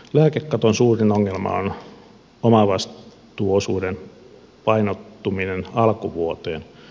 lääkekaton suurin ongelma on omavastuuosuuden painottuminen alkuvuoteen